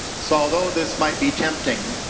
so although this might be tempting